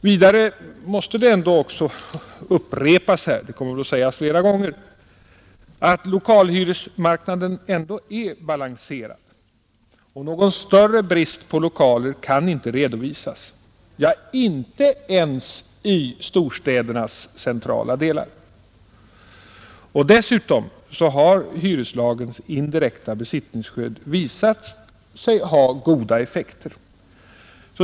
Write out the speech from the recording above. Vidare måste det upprepas här — förmodligen kommer det att sägas flera gånger — att lokalhyresmarknaden ändå är balanserad och att någon större brist på lokaler inte kan redovisas, inte ens i storstädernas centrala delar. Desutom har hyreslagens indirekta besittningsskydd visat sig ge goda effekter.